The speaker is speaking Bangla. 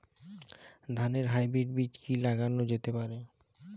ধানের হাইব্রীড বীজ কি লাগানো যেতে পারে?